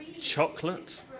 Chocolate